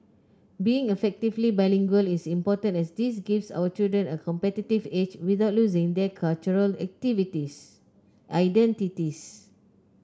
being effectively bilingual is important as this gives our children a competitive edge without losing their cultural activities identities